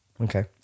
Okay